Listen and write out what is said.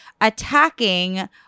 attacking